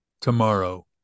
tomorrow